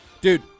Dude